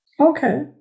Okay